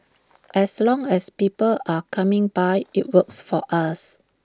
as long as people are coming by IT works for us